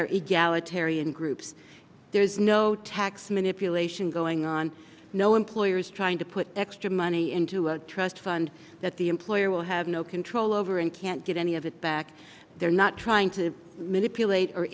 egalitarian groups there's no tax manipulation going on no employers trying to put extra money into a trust fund that the employer will have no control over and can't get any of it back they're not trying to manipulate or